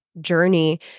journey